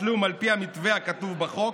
על פי המתווה הכתוב בחוק.